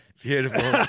Beautiful